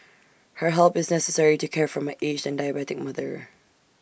her help is necessary to care for my aged and diabetic mother